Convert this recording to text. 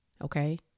okay